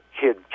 kid